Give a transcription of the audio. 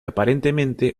aparentemente